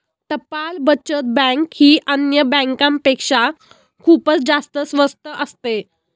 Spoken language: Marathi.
टपाल बचत बँक ही अन्य बँकांपेक्षा खूपच जास्त स्वस्त असते